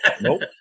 nope